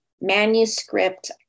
manuscript